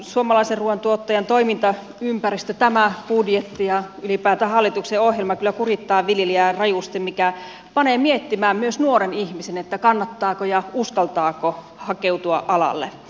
suomalaisen ruuantuottajan toimintaympäristö tämä budjetti ja ylipäätään hallituksen ohjelma kyllä kurittavat viljelijää rajusti mikä panee myös nuoren ihmisen miettimään kannattaako ja uskaltaako hakeutua alalle